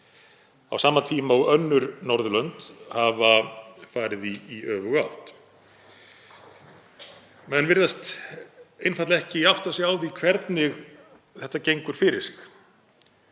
á sama tíma og önnur Norðurlönd hafa farið í öfuga átt. Menn virðast einfaldlega ekki átta sig á því hvernig þetta gengur fyrir